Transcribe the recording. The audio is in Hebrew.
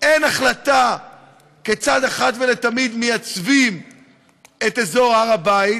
אין החלטה כיצד אחת ולתמיד מייצבים את אזור הר הבית